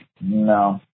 No